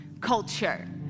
culture